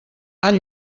han